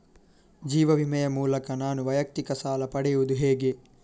ಜೀವ ವಿಮೆ ಮೂಲಕ ನಾನು ವೈಯಕ್ತಿಕ ಸಾಲ ಪಡೆಯುದು ಹೇಗೆ?